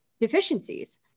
deficiencies